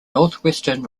northwestern